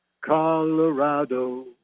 Colorado